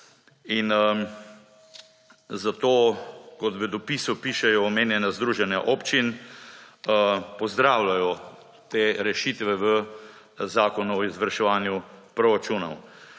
In zato, kot v dopisu pišejo omenjena združenja občin, pozdravljajo te rešitve v zakonu o izvrševanju proračunov.